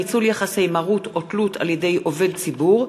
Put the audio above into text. (ניצול יחסי מרות או תלות על-ידי עובד ציבור),